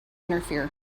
interfere